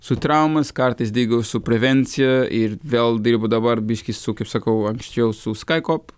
su traumas kartais digau su prevencija ir vėl dirbu dabar biškį su kaip sakau anksčiau su skaikop